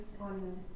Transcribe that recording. on